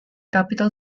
capital